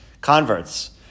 converts